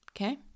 Okay